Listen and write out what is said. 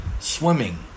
swimming